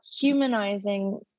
humanizing